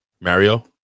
Mario